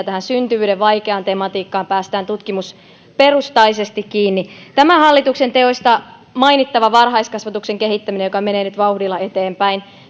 tähän syntyvyyden vaikeaan tematiikkaan päästään tutkimusperustaisesti kiinni tämän hallituksen teoista on mainittava varhaiskasvatuksen kehittäminen joka menee nyt vauhdilla eteenpäin